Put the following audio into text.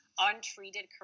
untreated